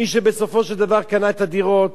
מי שבסופו של דבר קנה את הדירות